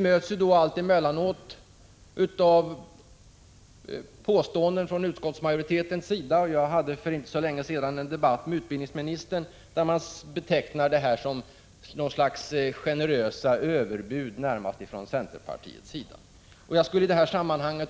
För inte så länge sedan hade jag en debatt med utbildningsministern där han närmast betecknade centerns förslag som något slags generösa överbud. Vi möts allt emellanåt av sådana påståenden från utskottsmajoritetens sida. Jag skulle vilja i detta sammanhang